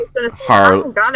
harley